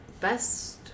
best